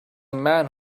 man